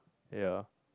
ya